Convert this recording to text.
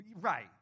Right